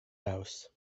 house